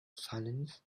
silence